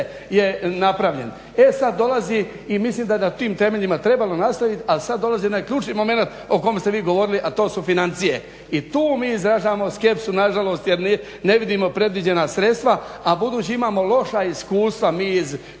je napravljen. E sad dolazi i mislim da na tim temeljima trebamo nastaviti, a sad dolazi onaj ključni momenat o kome ste vi govorili a to su financije. I tu mi izražavamo skepsu nažalost jer ne vidimo predviđena sredstva, a budući imamo loša iskustva mi iz